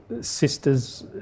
sisters